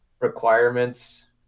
requirements